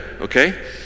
okay